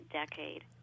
decade